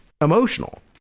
emotional